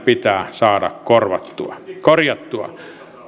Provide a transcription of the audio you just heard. pitää saada korjattua korjattua